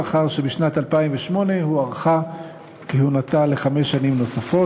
לאחר שבשנת 2008 הוארכה כהונתה בחמש שנים נוספות.